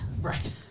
right